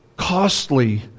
costly